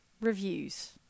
reviews